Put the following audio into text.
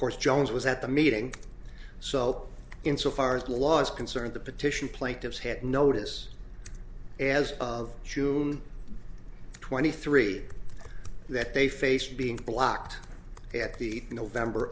course jones was at the meeting so insofar as the laws concerned the petition plaintiffs had notice as of june twenty three that they face being blocked at the november